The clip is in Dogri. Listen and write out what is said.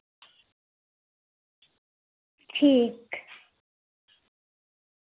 ठीक